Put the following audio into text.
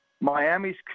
Miami's